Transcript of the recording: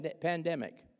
pandemic